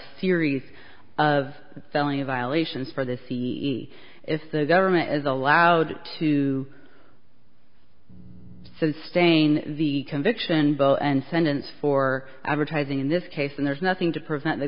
series of felony violations for the see if the government is allowed to sustain the conviction bell and sentence for advertising in this case and there's nothing to prevent the